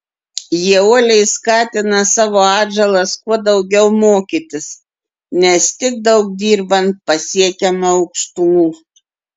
jie uoliai skatina savo atžalas kuo daugiau mokytis nes tik daug dirbant pasiekiama aukštumų